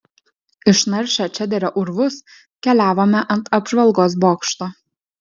išnaršę čederio urvus keliavome ant apžvalgos bokšto